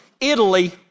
Italy